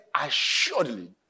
assuredly